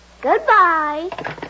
Goodbye